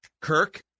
Kirk